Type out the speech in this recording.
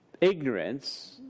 ignorance